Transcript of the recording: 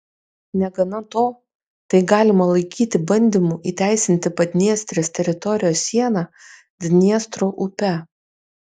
negana to tai galima laikyti bandymu įteisinti padniestrės teritorijos sieną dniestro upe